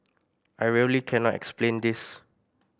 I really cannot explain this